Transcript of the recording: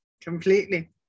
Completely